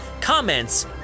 comments